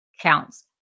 counts